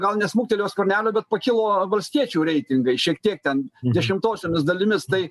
gal ne smuktelėjo skvernelio bet pakilo valstiečių reitingai šiek tiek ten dešimtosiomis dalimis tai